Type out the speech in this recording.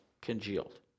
congealed